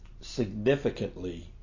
significantly